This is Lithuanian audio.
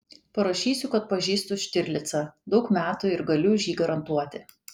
parašysiu kad pažįstu štirlicą daug metų ir galiu už jį garantuoti